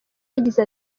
yagize